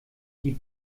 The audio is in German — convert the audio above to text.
die